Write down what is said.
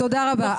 תודה רבה.